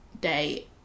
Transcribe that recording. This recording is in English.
day